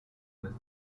with